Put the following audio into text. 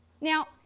Now